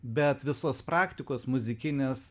bet visos praktikos muzikinės